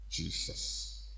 Jesus